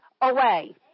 away